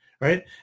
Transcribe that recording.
right